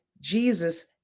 Jesus